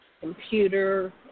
computer